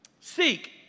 Seek